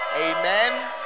Amen